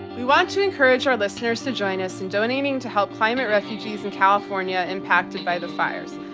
we want to encourage our listeners to join us in donating to help climate refugees in california impacted by the fires.